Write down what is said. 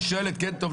היא שואלת כן טוב,